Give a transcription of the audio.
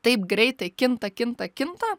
taip greitai kinta kinta kinta